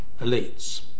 elites